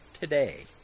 today